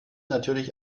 natürlich